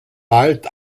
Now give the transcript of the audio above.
bald